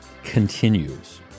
continues